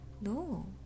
No